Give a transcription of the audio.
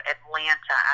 Atlanta